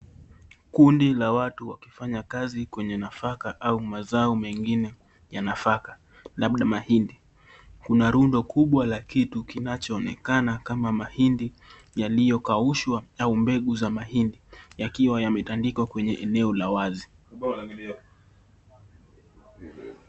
Kundi la watu wakifanya kazi kwenye nafaka au mazao mengine ya nafaka labda mahindi. Kuna rundo kubwa la kitu kinachoonekana kama mahindi yaliyokaushwa au mbegu za mahindi yakiwa yametandikwa kwenye eneo la wazi.